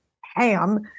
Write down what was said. ham